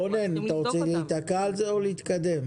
רונן, אתה רוצה להיתקע על זה או להתקדם?